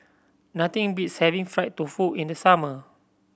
nothing beats having fried tofu in the summer